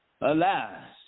alas